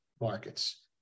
markets